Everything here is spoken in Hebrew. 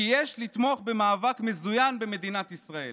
כי יש לתמוך במאבק מזוין במדינת ישראל.